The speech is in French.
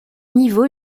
niveau